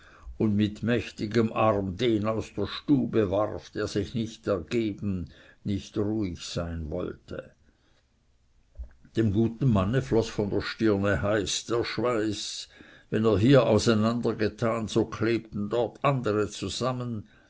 und mit mächtigem arme den aus der stube warf der sich nicht ergeben nicht ruhig sein wollte dem guten mann floß von der stirne heiß der schweiß wenn er hier auseinandergetan so klebten dort andere zusammen